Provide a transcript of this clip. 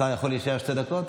השר יכול להישאר שתי דקות?